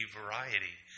variety